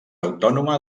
autònoma